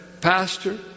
pastor